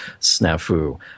snafu